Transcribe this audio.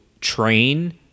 train